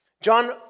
John